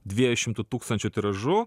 dviejų šimtų tūkstančių tiražu